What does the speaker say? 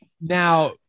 now